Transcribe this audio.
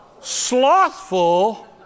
slothful